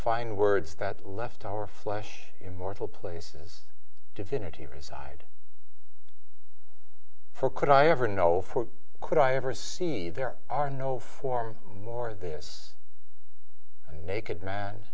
fine words that left our flesh immortal places divinity reside for could i ever know for could i ever see there are no form more this naked man